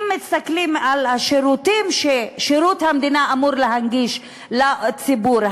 אם מסתכלים על השירותים ששירות המדינה אמור להנגיש לציבור,